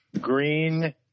Green